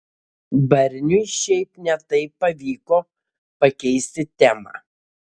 barniui šiaip ne taip pavyko pakeisti temą